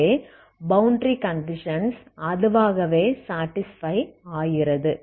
ஆகவே boundary conditions அதுவாகவே satisfy ஆகிறது